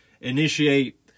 initiate